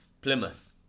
Plymouth